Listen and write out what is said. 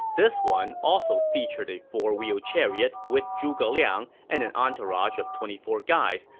this one also featured a four-wheel chariot with zhuge liang and an entourage of twenty four guys,